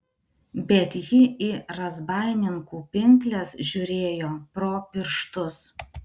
bet ji į razbaininkų pinkles žiūrėjo pro pirštus